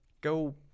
Go